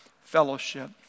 fellowship